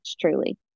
Truly